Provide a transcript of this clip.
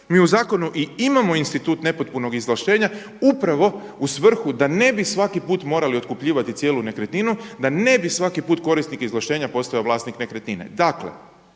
mi u zakonu i imamo institut nepotpunog izvlaštenja upravo u svrhu da ne bi svaki put morali otkupljivati cijelu nekretninu, da ne bi svaki put korisnik izvlaštenja postajao vlasnik nekretnine.